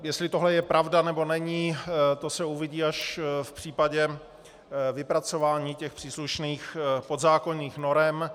Jestli tohle je pravda, nebo není, to se uvidí až v případě vypracování těch příslušných podzákonných norem.